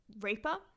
Reaper